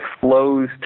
flows